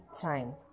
time